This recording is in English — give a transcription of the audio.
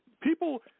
People